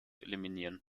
eliminieren